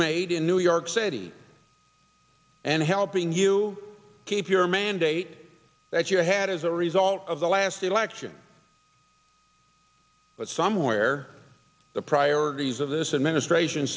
made in new york city and helping you keep your mandate that you had as a result of the last election but somewhere the priorities of this administration